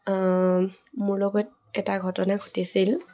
মোৰ লগত এটা ঘটনা ঘটিছিল